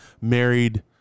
married